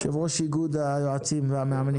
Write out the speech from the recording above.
יושב-ראש איגוד היועצים והמאמנים.